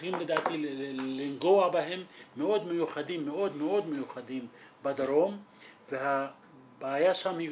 שצריכים לדעתי לגעת בהם הם מאוד מיוחדים בדרום והבעיה שם היא